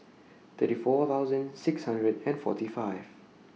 thirty four thousand six hundred and forty five